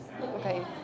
okay